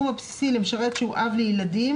"למשרת שהוא אב לילדים